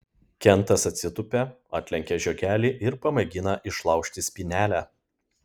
kentas atsitūpia atlenkia žiogelį ir pamėgina išlaužti spynelę